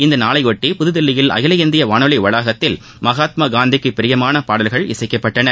இந்நாளைபொட்டி புதுதில்லியில் அகில இந்திய வானொலி வளாகத்தில் மகாத்மா காந்திக்கு பிரியமான பாடல்கள் இசைக்கப்பட்டன